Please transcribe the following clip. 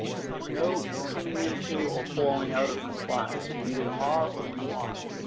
there is no coming into or pulling out of compliance, you either are or you arent.